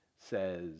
says